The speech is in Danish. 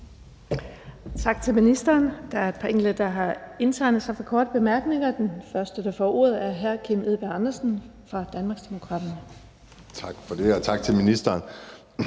Tak til ministeren. Der er et par enkelte, der har indtegnet sig til korte bemærkninger. Den første, der får ordet, er hr. Kim Edberg Andersen fra Danmarksdemokraterne. Kl. 19:02 Kim Edberg Andersen